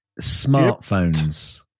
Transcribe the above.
smartphones